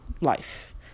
life